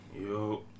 Yo